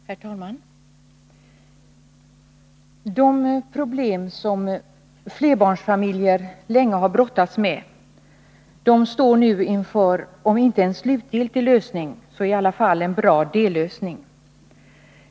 Torsdagen den Herr talman! De problem som flerbarnsfamiljer länge har brottats med 7 maj 1981 står nu inför om inte en slutgiltig lösning så i alla fall en bra dellösning.